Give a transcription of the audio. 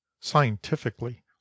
scientifically